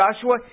Joshua